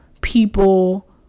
people